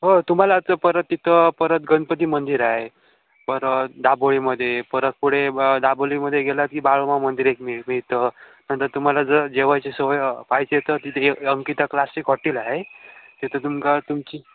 हो तुम्हाला तर परत तिथं परत गणपती मंदिर आहे परत दाभोळीमध्ये परत पुढे ब दाभोळीमध्ये गेला की बाळोबा मंदिर एक मिळ मिळतं नंतर तुम्हाला जर जेवायची सोय पाहिजे तर तिथे अंकिता क्लासिक हॉटेल आहे तिथं तुमका तुमची